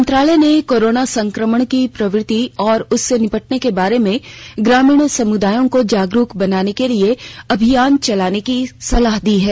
मंत्रालय ने कोरोना संक्रमण की प्रकृति और उससे निपटने के बारे में ग्रामीण समुदायों को जागरूक बनाने के लिए अभियान चलाने की सलाह दी है